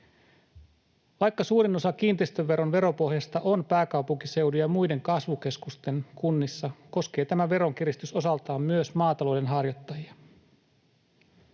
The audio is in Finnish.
Vaikka suurin osa kiinteistöveron veropohjasta on pääkaupunkiseudun ja muiden kasvukeskusten kunnissa, koskee tämä veronkiristys osaltaan myös maatalouden harjoittajia.